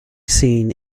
seen